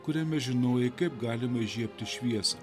kuriame žinojai kaip galima įžiebti šviesą